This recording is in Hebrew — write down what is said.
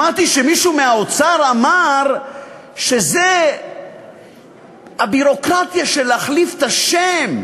שמעתי שמישהו מהאוצר אמר שזו הביורוקרטיה של להחליף את השם.